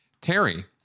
Terry